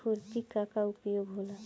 खुरपी का का उपयोग होला?